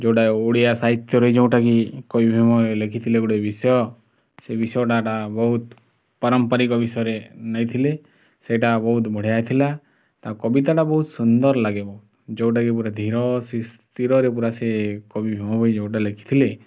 ଯେଉଁଟା ଓଡ଼ିଆ ସାହିତ୍ୟରେ ଯେଉଁଟାକି କହିବି ମୁଁ ଲେଖିଥିଲେ ଗୋଟିଏ ବିଷୟ ସେ ବିଷୟଟା ବହୁତ ପାରମ୍ପରିକ ବିଷୟରେ ନେଇଥିଲେ ସେଇଟା ବହୁତ ବଢ଼ିଆ ହେଇଥିଲା ତା' କବିତାଟା ବହୁତ ସୁନ୍ଦର ଲାଗେ ଯେଉଁଟାକି ପୁରା ଧୀର ସି ସ୍ଥିରରେ ପୁରା ସେ କବି ଭୀମ ଭୋଇ ଯେଉଁଟା ଲେଖିଥିଲେ